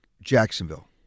Jacksonville